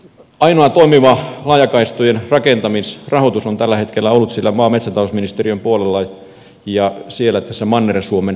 ainoa toimiva laajakaistojen rakentamisrahoitus on tällä hetkellä ollut maa ja metsätalousministeriön puolella ja siellä manner suomen rahoituskuviossa